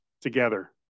together